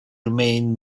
remain